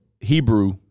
Hebrew